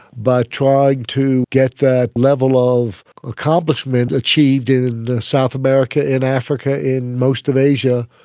but trying to get that level of accomplishment achieved in south america, in africa, in most of asia,